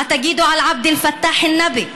מה תגידו על עבד אל-פתאח אל-נבי,